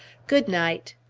good-night!